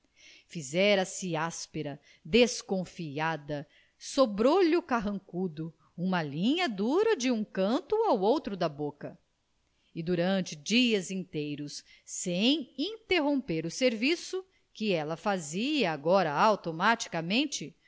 nojo fizera-se áspera desconfiada sobrolho carrancudo uma linha dura de um canto ao outro da boca e durante dias inteiros sem interromper o serviço que ela fazia agora automaticamente